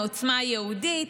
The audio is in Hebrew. מעוצמה יהודית.